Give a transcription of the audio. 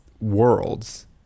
worlds